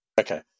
Okay